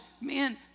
man